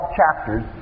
chapters